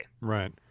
Right